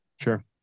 Sure